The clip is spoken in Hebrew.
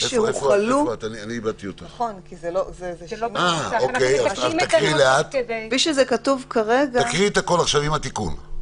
כפי שהופעלו..." תקראי עכשיו את הכל עם התיקון.